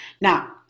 now